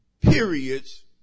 periods